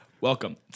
Welcome